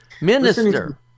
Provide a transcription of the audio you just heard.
Minister